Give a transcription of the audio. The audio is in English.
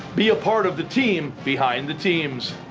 be a part of the team behind the teams.